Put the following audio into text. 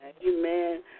Amen